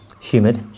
Humid